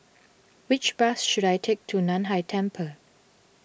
which bus should I take to Nan Hai Temple